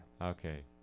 Okay